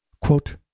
Quote